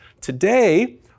Today